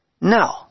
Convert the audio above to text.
No